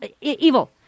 evil